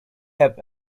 have